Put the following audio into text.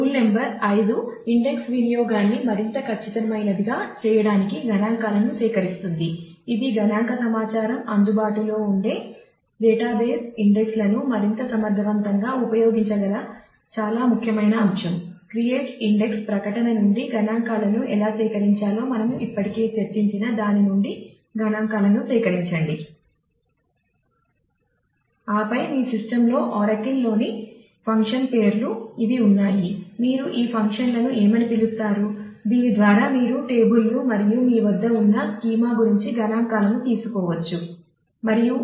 rule number ప్రకటన నుండి గణాంకాలను ఎలా సేకరించాలో మనము ఇప్పటికే చర్చించిన దాని నుండి గణాంకాలను సేకరించండి